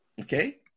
Okay